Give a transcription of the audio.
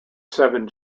seven